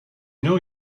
know